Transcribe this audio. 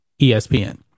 ESPN